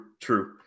True